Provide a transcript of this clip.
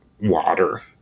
water